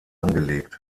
angelegt